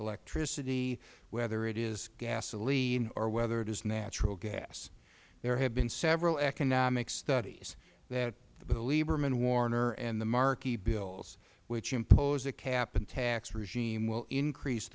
electricity whether it is gasoline or whether it is natural gas there have been several economic studies that the lieberman warner and the markey bills which impose a cap and tax regime will increase